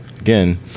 again